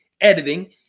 editing